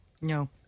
No